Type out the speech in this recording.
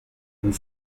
nous